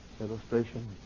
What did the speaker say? Illustration